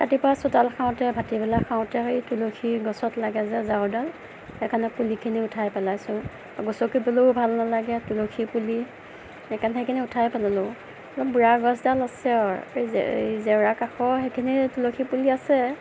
ৰাতিপুৱা চোতাল সাৰোঁতে ভাটি বেলা সাৰোঁতে এই তুলসীৰ গছত লাগে যে ঝাড়ুডাল সেই কাৰণে পুলিখিন উঠাই পেলাইছোঁ গচকিবলৈও ভাল নেলাগে তুলসী সেই কাৰণে উঠাই পেলালো বুঢ়া গছডাল আছে আৰু এই জেউ জেউৰা কাষত পুলি আছে